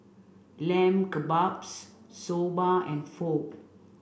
Lamb Kebabs Soba and Pho